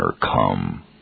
come